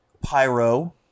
Pyro